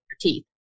teeth